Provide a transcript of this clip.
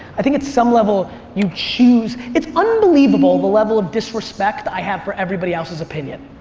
i think at some level you choose, it's unbelievable the level of disrespect i have for everybody else's opinion.